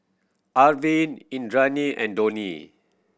Arvind Indranee and Dhoni